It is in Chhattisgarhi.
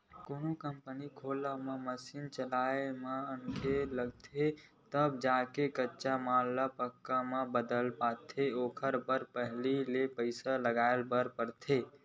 कोनो कंपनी के खोलब म मसीन चलइया मनखे लगथे तब जाके कच्चा माल ह पक्का म बदल पाथे ओखर बर पहिली ले पइसा लगाय बर परथे